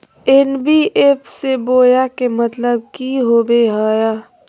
NBFC बोया के मतलब कि होवे हय?